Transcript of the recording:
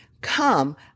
Come